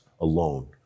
alone